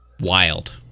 wild